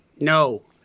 No